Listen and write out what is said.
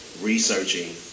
researching